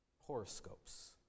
Horoscopes